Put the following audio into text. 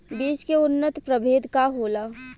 बीज के उन्नत प्रभेद का होला?